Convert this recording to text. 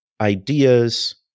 ideas